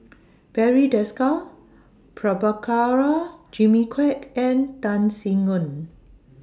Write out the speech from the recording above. Barry Desker Prabhakara Jimmy Quek and Tan Sin Aun